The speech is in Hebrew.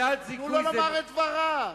תנו לו לומר את דבריו.